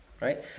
right